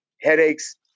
headaches